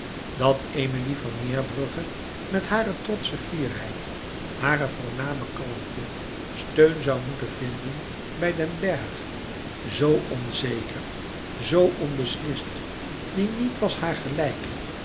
dat emilie van neerbrugge met hare trotsche fierheid hare voorname kalmte steun zoû moeten vinden bij den bergh zoo onzeker zoo onbeslist die niet was haar gelijke